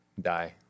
Die